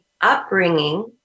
upbringing